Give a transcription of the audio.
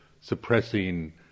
suppressing